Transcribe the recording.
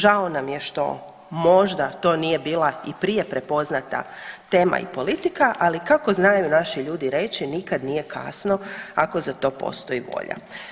Žao nam je što možda to nije bila i prije prepoznata tema i politika, ali kako znaju naši ljudi reći, nikad nije kasno ako za to postoji volja.